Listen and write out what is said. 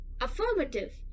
Affirmative